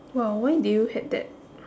!wow! why did you had that